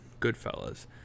Goodfellas